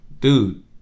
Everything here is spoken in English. dude